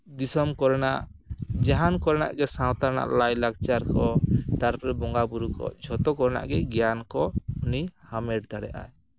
ᱫᱤᱥᱚᱢ ᱠᱚᱨᱮᱱᱟᱜ ᱡᱟᱦᱟᱱ ᱠᱚᱨᱮᱱᱟᱜ ᱜᱮ ᱥᱟᱶᱛᱟ ᱨᱮᱱᱟᱜ ᱞᱟᱭᱼᱞᱟᱠᱪᱟᱨ ᱠᱚ ᱛᱟᱨᱯᱚᱨᱮ ᱵᱚᱸᱜᱟᱼᱵᱩᱨᱩ ᱠᱚ ᱡᱷᱚᱛᱚ ᱠᱚᱨᱮᱱᱟᱜ ᱜᱮ ᱜᱮᱭᱟᱱ ᱠᱚ ᱩᱱᱤ ᱦᱟᱢᱮᱴ ᱫᱟᱲᱮᱭᱟᱜ ᱟᱭ